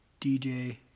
DJ